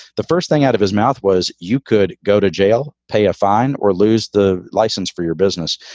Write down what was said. the first thing out of his mouth was you could go to jail, pay a fine or lose the license for your business.